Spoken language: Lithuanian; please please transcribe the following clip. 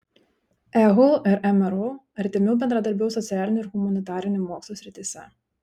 ehu ir mru artimiau bendradarbiaus socialinių ir humanitarinių mokslų srityse